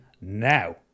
now